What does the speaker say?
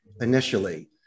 initially